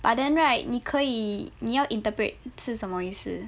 but then right 你可以你要 interpret 是什么意思